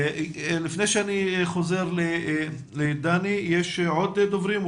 לפני שאני חוזר לדני יש עוד דוברים?